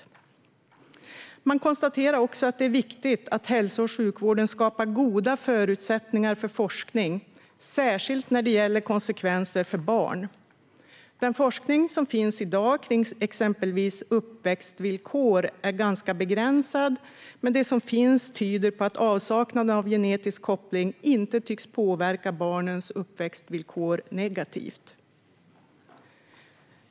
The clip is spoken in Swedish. Regeringen konstaterar också att det är viktigt att hälso och sjukvården skapar goda förutsättningar för forskning, särskilt när det gäller konsekvenser för barn. Den forskning som finns i dag om exempelvis uppväxtvillkor är begränsad, men den som finns tyder på att avsaknad av genetisk koppling inte tycks påverka barnens uppväxtvillkor negativt.